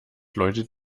läutet